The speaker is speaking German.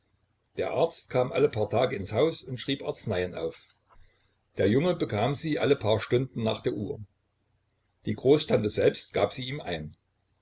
der arzt kam alle paar tage ins haus und schrieb arzneien auf der junge bekam sie alle paar stunden nach der uhr die großtante selbst gab sie ihm ein